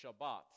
Shabbat